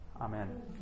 Amen